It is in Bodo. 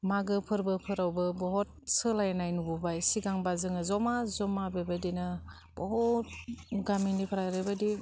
मागो फोरबो फोरावबो बहत सोलायनाय नुबोबाय सिगांबा जोङो जमा जमा बेबायदिनो बहुत गामिनिफ्राय ओरैबायदि